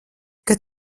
kad